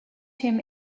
him